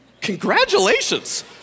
Congratulations